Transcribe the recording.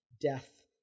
death